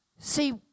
See